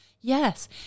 yes